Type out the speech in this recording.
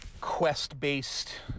Quest-based